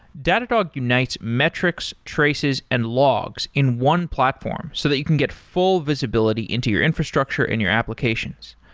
datadog unites metrics, traces and logs in one platform so that you can get full visibility into your infrastructure and your applications.